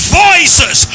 voices